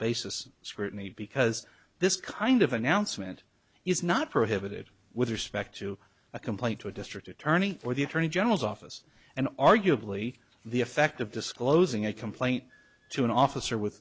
basis scrutiny because this kind of announcement is not prohibited with respect to a complaint to a district attorney or the attorney general's office and arguably the effect of disclosing a complaint to an officer with